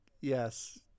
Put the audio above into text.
yes